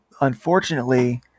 unfortunately